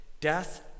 death